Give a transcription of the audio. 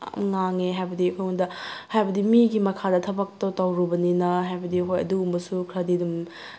ꯌꯥꯝ ꯉꯥꯡꯉꯦ ꯍꯥꯏꯕꯗꯤ ꯑꯩꯉꯣꯟꯗ ꯍꯥꯏꯕꯗꯤ ꯃꯤꯒꯤ ꯃꯈꯥꯗ ꯊꯕꯛꯇꯣ ꯇꯧꯔꯨꯕꯅꯤꯅ ꯍꯥꯏꯕꯗꯤ ꯍꯣꯏ ꯑꯗꯨꯒꯨꯝꯕꯁꯨ ꯈꯔꯗꯤ ꯗꯨꯝ